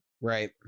Right